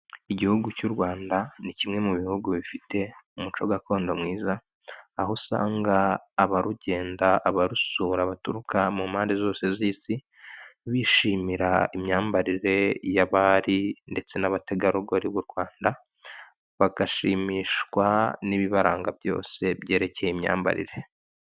Igihugu cy'u Rwanda ni kimwe mu bihugu bifite umuco gakondo mwiza, aho usanga abarugenda, abarusura baturuka mu mpande zose z'Isi bishimira imyambarire y'abari ndetse n'abategarugori b'u Rwanda, bagashimishwa n'ibibaranga byose byerekeye imyambarire.